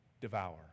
devour